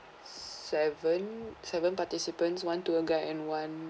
seven seven participants one tour guide and one